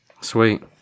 Sweet